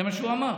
זה מה שהוא אמר.